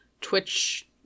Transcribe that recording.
Twitch